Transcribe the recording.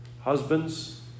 husbands